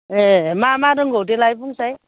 ए मा मा रोंगौ देलाय बुंसाय